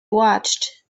watched